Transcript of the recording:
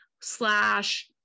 slash